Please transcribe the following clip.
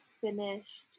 finished